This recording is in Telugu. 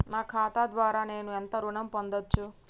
నా ఖాతా ద్వారా నేను ఎంత ఋణం పొందచ్చు?